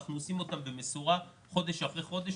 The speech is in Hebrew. אנחנו עושים אותם במשורה חודש אחרי חודש,